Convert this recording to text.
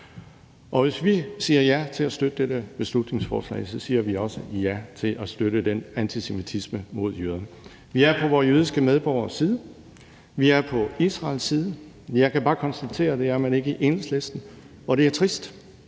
Hvis vi siger ja til at støtte dette beslutningsforslag, siger vi også ja til at støtte den antisemitisme mod jøderne. Vi er på vore jødiske medborgeres side, vi er på Israels side. Jeg kan bare konstatere, at det er man ikke i Enhedslisten, og det er trist.